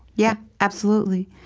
yeah, absolutely.